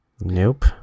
Nope